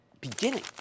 beginning